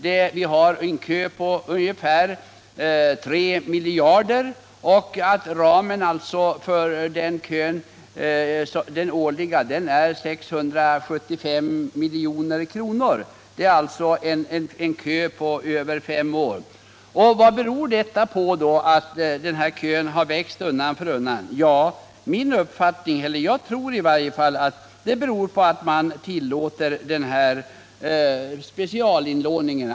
Här rör det sig om ungefär 3 miljarder kronor och den årliga ramen är 675 milj.kr. Det innebär en kö på över fem år. Vad beror det då på att den här kön har vuxit undan för undan? Jag tror att orsaken är att man tillåter specialinlåningen.